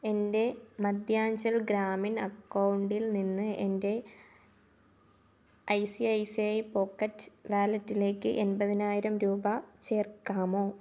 എൻ്റെ മദ്ധ്യാഞ്ചൽ ഗ്രാമീൺ അക്കൗണ്ടിൽ നിന്ന് എൻ്റെ I C I C I pocket വാലറ്റിലേക്ക് എൺപതിനായിരം രൂപ ചേർക്കാമോ